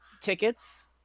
tickets